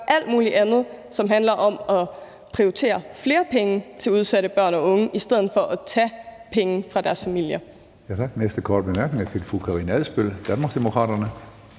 alt mulig andet. Det handler om at prioritere flere penge til udsatte børn og unge i stedet for at tage penge fra deres familier.